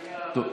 זוכר